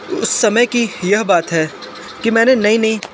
उस समय की यह बात है कि मैंने नई नई